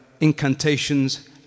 incantations